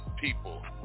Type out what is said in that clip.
people